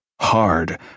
hard